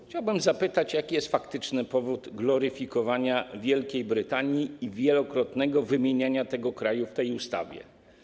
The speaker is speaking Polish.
Chciałbym zapytać, jaki jest faktyczny powód gloryfikowania Wielkiej Brytanii i wielokrotnego wymieniania tego kraju w ustawie?